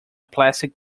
plastic